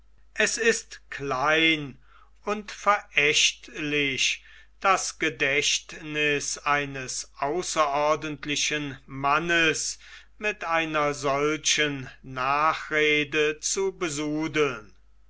es ist klein und verächtlich das gedächtniß eines außerordentlichen mannes mit einer solchen nachrede zu besudeln